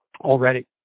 already